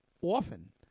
often